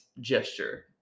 gesture